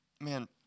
man